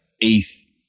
eighth